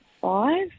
five